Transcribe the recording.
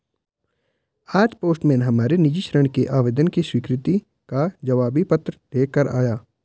आज पोस्टमैन हमारे निजी ऋण के आवेदन की स्वीकृति का जवाबी पत्र ले कर आया